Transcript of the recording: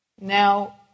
Now